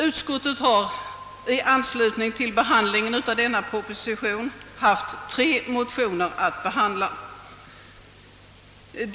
Utskottet har i anslutning till behandlingen av denna proposition haft tre motioner att behandla.